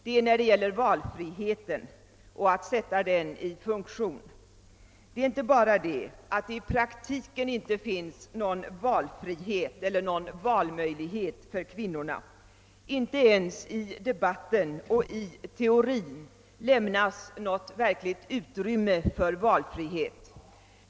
Det gäller valfriheten. Det är inte bara det att det i praktiken inte finns någon valfrihet eller någon valmöjlighet för kvinnorna. Inte ens i de: batten och i teorin lämnas något verkligt utrymme för valfriheten.